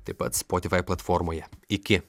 taip pat spotifai platformoje iki